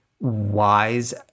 wise